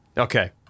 Okay